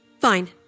Fine